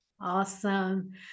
Awesome